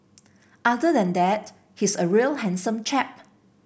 other than that he's a real handsome chap